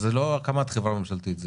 זה לא הקמת חברה ממשלתית.